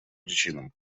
причинам